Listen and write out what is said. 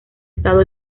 estado